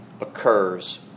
occurs